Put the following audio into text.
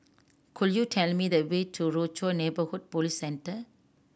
could you tell me the way to Rochor Neighborhood Police Centre